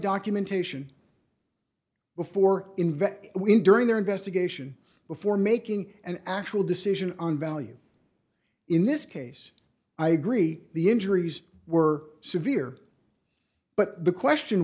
documentation before investing in during their investigation before making an actual decision on value in this case i agree the injuries were severe but the question